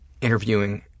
interviewing